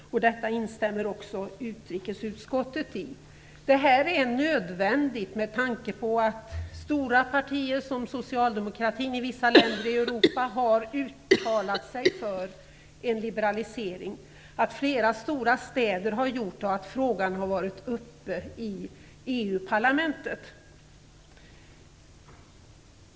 I detta instämmer också utrikesutskottet. Det är nödvändigt, med tanke på att stora partier som socialdemokratin i vissa länder i Europa har uttalat sig för en liberalisering, att flera stora städer har gjort det och att frågan har varit uppe i EU-parlamentet.